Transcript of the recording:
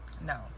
no